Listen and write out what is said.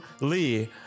Lee